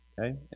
Okay